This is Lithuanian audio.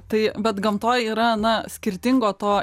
tai bet gamtoj yra na skirtingo to